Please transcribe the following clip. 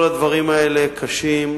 כל הדברים האלה קשים,